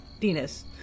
Dennis